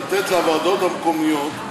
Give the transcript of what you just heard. זה לתת לוועדות המקומיות,